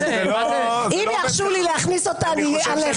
אם ירשו לי להכניס אותה, עליך.